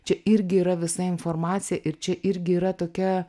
čia irgi yra visa informacija ir čia irgi yra tokia